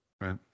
Right